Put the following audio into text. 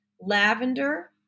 Lavender